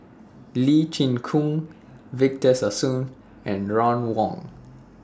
Lee Chin Koon Victor Sassoon and Ron Wong